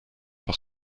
par